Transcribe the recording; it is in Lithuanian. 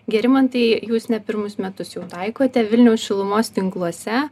gerimantai jūs ne pirmus metus jau taikote vilniaus šilumos tinkluose